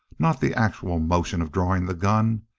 not the actual motion of drawing the gun.